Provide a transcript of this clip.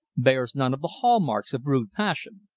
bears none of the hall-marks of rude passion.